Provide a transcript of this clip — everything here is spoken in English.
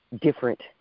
different